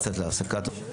פרק ח' - הוראות מעבר 35. (א)